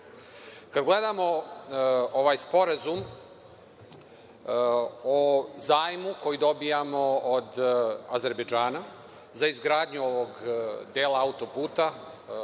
gledamo ovaj sporazum o zajmu koji dobijamo od Azerbejdžana za izgradnju ovog dela autoputa,